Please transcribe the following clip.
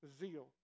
zeal